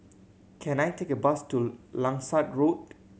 can I take a bus to Langsat Road